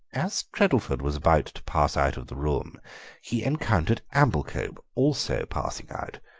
as treddleford was about to pass out of the room he encountered amblecope, also passing out,